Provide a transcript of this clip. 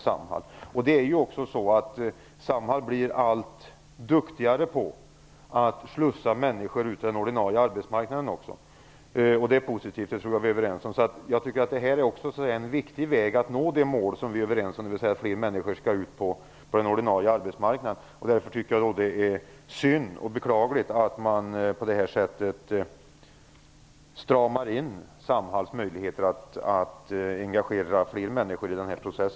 Samhall blir ju också allt duktigare på att slussa människor ut till den ordinarie arbetsmarknaden. Att det är positivt tror jag att vi är överens om. Det är en viktig väg för att nå det mål som vi är överens om, dvs. att fler människor skall ut på den ordinarie arbetsmarknaden. Därför är det synd och beklagligt att man på det här sättet stramar åt Samhalls möjligheter att engagera fler människor i denna process.